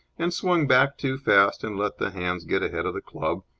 and swung back too fast, and let the hands get ahead of the club,